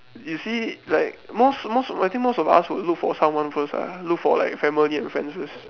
you see like most most I think most us would look for someone first ah look for like family and friends first